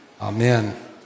amen